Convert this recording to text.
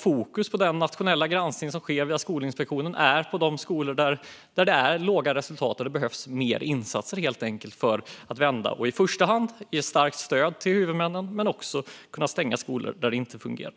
Fokus i den nationella granskning som sker via Skolinspektionen ska vara på de skolor där det är låga resultat och där det helt enkelt behövs mer insatser för att vända utvecklingen. I första hand ska vi ge starkt stöd till huvudmännen, men vi ska också kunna stänga skolor där det inte fungerar.